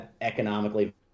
economically